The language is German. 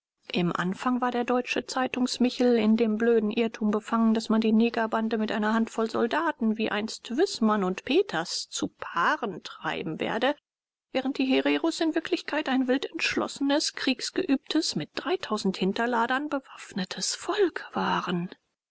im anfang war der deutsche zeitungsmichel in dem blöden irrtum befangen daß man die negerbande mit einer handvoll soldaten wie einst wißmann und peters zu paaren treiben werde während die hereros in wirklichkeit ein wild entschlossenes kriegsgeübtes mit dreitausend hinterladern bewaffnetes volk waren